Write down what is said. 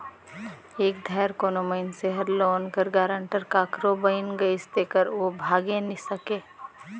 एक धाएर कोनो मइनसे हर लोन कर गारंटर काकरो बइन गइस तेकर ओ भागे नी सके